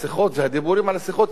השיחות והדיבורים על שיחות,